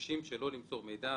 מבקשים לא למסור מידע,